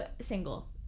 single